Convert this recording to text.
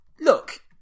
Look